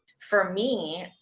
for me,